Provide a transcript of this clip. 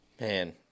Man